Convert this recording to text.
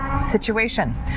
situation